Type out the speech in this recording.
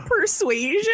persuasion